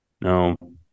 No